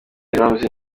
ramsey